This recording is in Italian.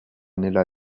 nella